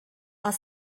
are